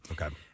Okay